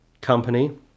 company